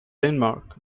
denmark